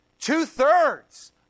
two-thirds